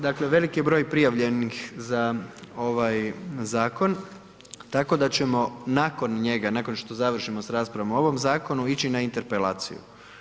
Dakle, veliki je broj prijavljenih za ovaj zakon, tako da ćemo nakon njega, nakon što završimo s raspravom o ovom zakonu ići na Interpelaciju.